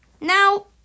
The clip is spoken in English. Now